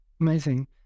Amazing